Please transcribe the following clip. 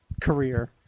career